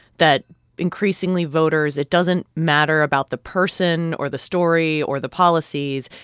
that increasingly, voters it doesn't matter about the person or the story or the policies,